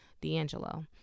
d'angelo